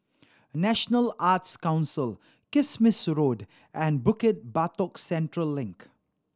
National Arts Council Kismis Road and Bukit Batok Central Link